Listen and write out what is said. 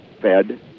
fed